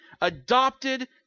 adopted